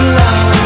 love